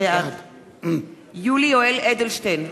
בעד יולי יואל אדלשטיין,